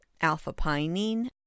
alpha-pinene